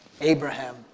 Abraham